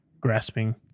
grasping